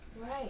right